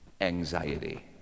anxiety